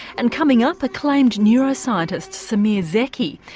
and coming up, acclaimed neuroscientist semir zeki,